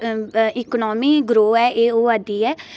economy grow ऐ ओह् होआ दी ऐ